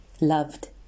loved